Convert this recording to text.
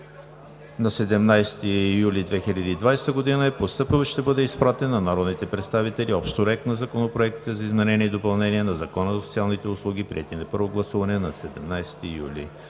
На 17 юли 2020 г. е постъпил и ще бъде изпратен на народните представители Общ проект на законопроектите за изменение и допълнение на Закона за социалните услуги, приети на първо гласуване на 17 юли